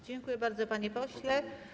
Dziękuję bardzo, panie pośle.